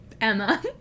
Emma